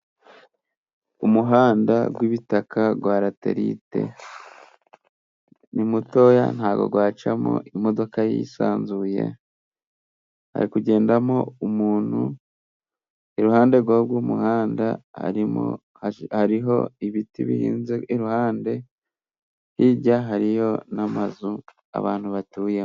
Umuhanda w'ibitaka wa raterite ni mutoya, nta bwo wacamo imodoka yisanzuye, hari kugendamo umuntu, iruhande rw'uwo muhanda hariho ibiti bihinze iruhande, hirya hariyo n'amazu abantu batuyemo.